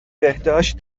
بهداشت